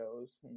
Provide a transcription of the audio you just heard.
shows